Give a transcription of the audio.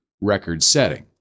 record-setting